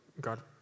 God